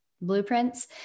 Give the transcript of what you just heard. blueprints